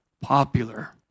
popular